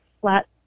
Flat